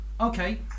Okay